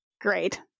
Great